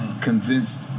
convinced